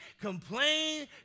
complain